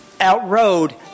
outrode